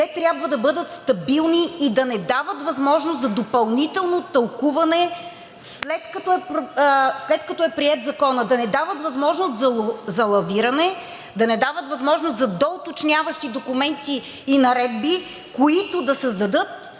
те трябва да бъдат стабилни и да не дават възможност за допълнително тълкуване, след като е приет Законът. Да не дават възможност за лавиране. Да не дават възможност за доуточняващи документи и наредби, които да създадат